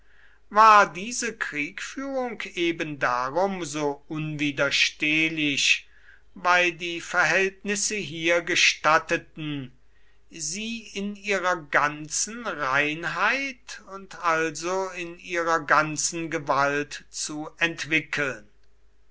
war diese kriegführung eben darum so unwiderstehlich weil die verhältnisse hier gestatteten sie in ihrer ganzen reinheit und also in ihrer ganzen gewalt zu entwickeln